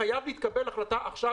חייבת להתקבל החלטה עכשיו,